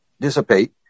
dissipate